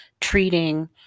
treating